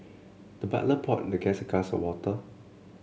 the butler poured the guest a glass of water